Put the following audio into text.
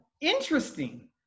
Interesting